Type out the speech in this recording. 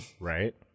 Right